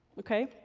okay?